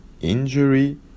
injury